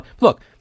Look